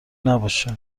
نباشه